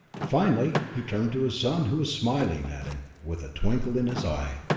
finally he turned to his son, who was smiling at him with a twinkle in his eye.